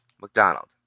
McDonald